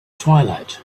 twilight